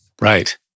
Right